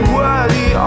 worthy